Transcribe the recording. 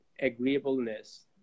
agreeableness